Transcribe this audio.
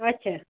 اَچھا